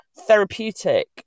therapeutic